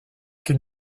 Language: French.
qu’il